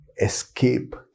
escape